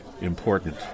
important